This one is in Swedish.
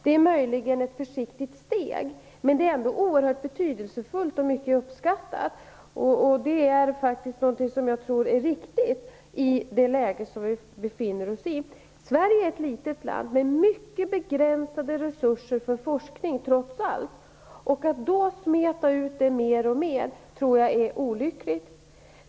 Det är möjligen ett försiktigt steg, men det är ändå oerhört betydelsefullt och mycket uppskattat. Det är något som jag tror är riktigt i det läge som vi befinner oss i. Sverige är ett litet land med mycket begränsade resurser för forskning trots allt. Jag tror att det är olyckligt att då smeta ut det mer och mer.